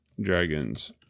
dragons